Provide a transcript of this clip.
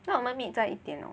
so 我们 meet 在一点 lor